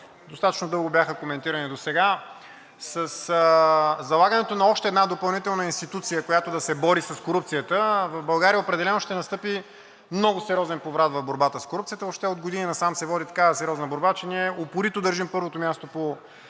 достатъчно дълго бяха коментирани досега. Със залагането на още една допълнителна институция, която да се бори с корупцията, в България определено ще настъпи много сериозен поврат в борбата с корупцията. Въобще от години насам се води такава сериозна борба с корупцията, че ние упорито държим първото място по